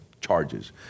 charges